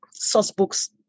Sourcebooks